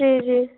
जी जी